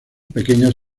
pequeñas